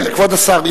כבוד השר,